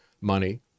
money